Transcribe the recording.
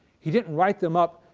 he didn't write them up,